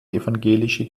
evangelische